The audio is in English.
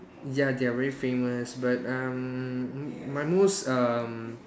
ya they are very famous but um my most um